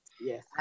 Yes